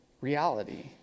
reality